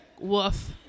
Woof